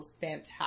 fantastic